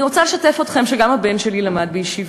אני רוצה לשתף אתכם, שגם הבן שלי למד בישיבה.